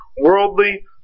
worldly